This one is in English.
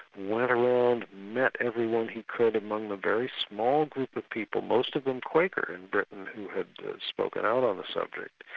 went around, met everyone he could among the very small group of people, most of them quaker in britain who had spoken out on the subject.